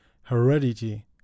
Heredity